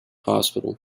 hospital